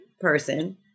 person